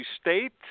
State